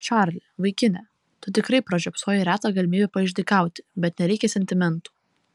čarli vaikine tu tikrai pražiopsojai retą galimybę paišdykauti bet nereikia sentimentų